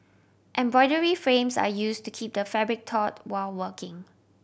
embroidery frames are use to keep the fabric taut while working